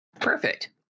Perfect